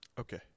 Okay